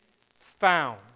found